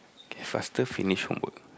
faster finish homework